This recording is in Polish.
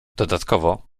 dodatkowo